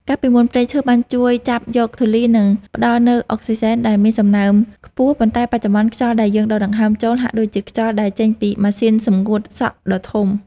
កាលពីមុន ព្រៃឈើបានជួយចាប់យកធូលី និងផ្ដល់នូវអុកស៊ីសែនដែលមានសំណើមខ្ពស់ ប៉ុន្តែបច្ចុប្បន្ន ខ្យល់ដែលយើងដកដង្ហើមចូលហាក់ដូចជាខ្យល់ដែលចេញពីម៉ាស៊ីនសម្ងួតសក់ដ៏ធំ។